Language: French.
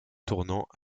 tournant